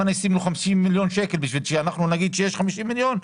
אם אני אשים לו 50 מיליון שקלים בשביל שנגיד שיש 50 מיליון שקלים,